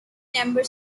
number